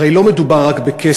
הרי לא מדובר רק בכסף.